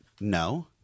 No